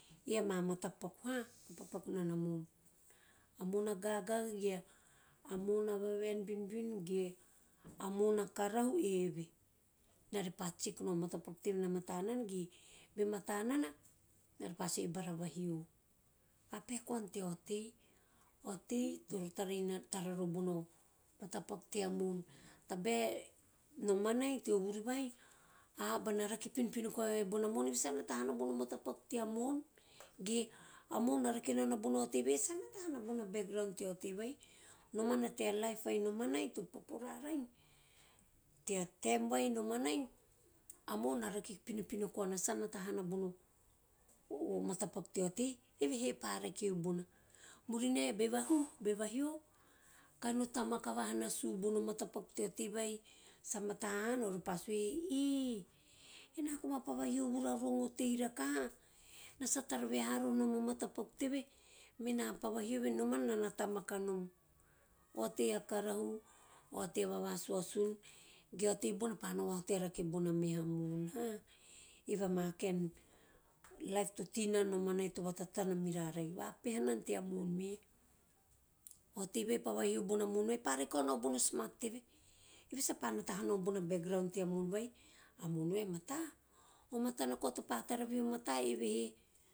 Ei ama matapaku to paku nana mo`on. A mo`on a ga`aga ge a mo`on a vaven binbin ge a mo`on a karehu, eve ena re pa check nao o matapaku teve na mata nana ge? Be mata nana ena re pa sue bara vahio. Vapeha koana tea otei- otei toro tara roho bono matapaku tea mo`on tabae nomanai teo vuri vai a aba na rake pinopino koka vai sa mata hana bona background tea otei vai, nomana tea kip vai nomanai to popo rarai tea taem vai nomanai a mo`on na rake pinopino koana, sa nata hana bono matapaku tea otei evehe pa rakeu bona, murinae be vahuhu be vahio kahi no tamaka vaha nasu bono matapaku tea otei sa mata hana one pa sue eoeh ena koma pa vahio vuru a rong otei rakaha, ena sa tara vai ha rohonom o matapaku teve mena pa vahio eve, nomana nana tamakanom, a otei a karahu- a otei vavasuasun ge a otei bona pa nao vahao tea meha mo`on eve ama kaen laip to tei rara nomanai, to vatatana merara, vapeha nana tea mo`on me smart teve, eve sa pa nata hanom bona background tea mo`on vai. A mo`on vai a matai? Kahi`i o matana na mata nana evehe o metapaku otei eve.